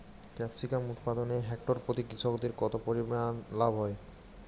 Capsicum উৎপাদনে hectare প্রতি কৃষকের কত পরিমান লাভ হয়?